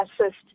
assist